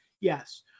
yes